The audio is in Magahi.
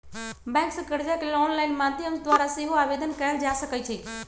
बैंक से कर्जा के लेल ऑनलाइन माध्यम द्वारा सेहो आवेदन कएल जा सकइ छइ